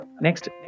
next